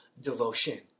devotion